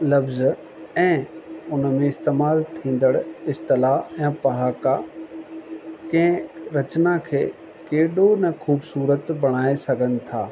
लफ्ज़ ऐं उन में इस्तेमाल थींदड़ु इस्तला ऐं पहाका कंहिं रचना खे केॾो न ख़ूबसूरत ॿणाए सघनि था